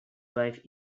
wife